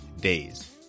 days